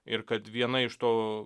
ir kad viena iš to